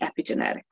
epigenetics